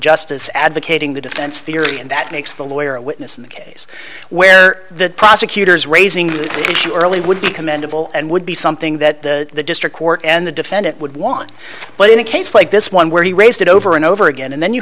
justice advocating the defense theory and that makes the lawyer a witness in the case where the prosecutor's raising the issue early would be commendable and would be something that the district court and the defendant would want but in a case like this one where he raised it over and over again and then you